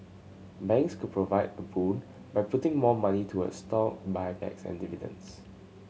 banks could provide a boon by putting more money toward stock buybacks and dividends